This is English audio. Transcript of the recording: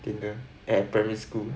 Tinder at primary school